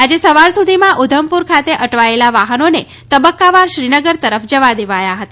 આજે સવાર સુધીમાં ઉધમપુર ખાતે અટવાયેલા વાહનોને તબક્કાવાર શ્રીનગર તરફ જવા દેવાયા હતા